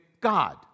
God